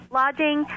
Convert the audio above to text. lodging